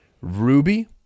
Ruby